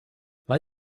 weil